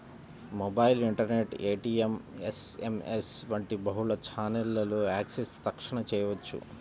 mobile, internet, ATM, SMS వంటి బహుళ ఛానెల్లలో యాక్సెస్ తక్షణ చేయవచ్చు